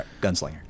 Gunslinger